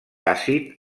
àcid